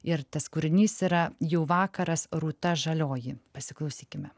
ir tas kūrinys yra jų vakaras rūta žalioji pasiklausykime